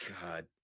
God